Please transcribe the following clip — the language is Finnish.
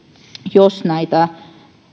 jos näitä